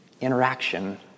interaction